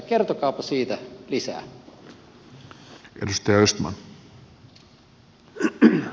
kertokaapa siitä lisää